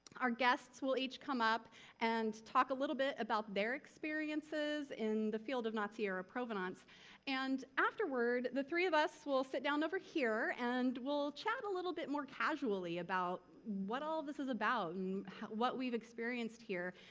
our guests will each come up and talk a little bit about their experiences in the field of nazi-era provenance and afterward the three of us will sit down over here and we'll chat a little bit more casually about what all this is about and what we've experienced here.